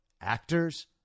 actors